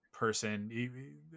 person